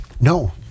No